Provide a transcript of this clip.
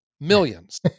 Millions